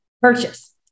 Purchase